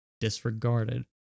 disregarded